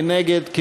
מי נגד?